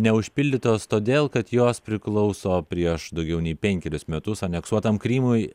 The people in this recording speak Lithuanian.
neužpildytos todėl kad jos priklauso prieš daugiau nei penkerius metus aneksuotam krymui